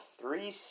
three